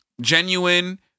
genuine